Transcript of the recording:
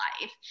life